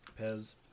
Pez